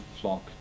flock